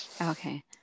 Okay